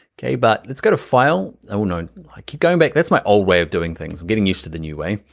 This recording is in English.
okay, but, let's go to file. no, i keep going back, that's my old way of doing things. i'm getting used to the new way.